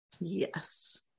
Yes